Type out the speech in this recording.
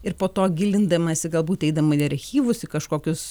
ir po to gilindamasi galbūt eidama į archyvus į kažkokius